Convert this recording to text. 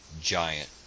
giant